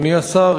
אדוני השר,